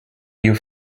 you